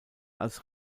als